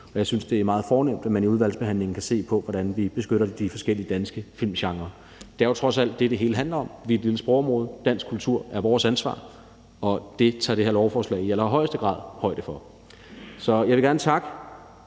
og jeg synes, det er meget fornemt, at man i udvalgsbehandlingen kan se på, hvordan vi beskytter de forskellige danske filmgenrer. Det er jo trods alt det, som det hele handler om. Vi er et lille sprogområde, og dansk kultur er vores ansvar, og det tager det her lovforslag i allerhøjeste grad højde for. Så jeg vil gerne takke